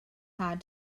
hard